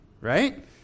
right